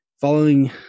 Following